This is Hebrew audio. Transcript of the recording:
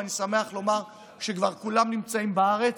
ואני שמח לומר שכבר כולם נמצאים בארץ,